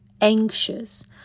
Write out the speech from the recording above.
anxious